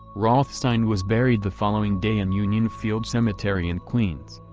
rothstein was buried the following day in union field cemetery in queens.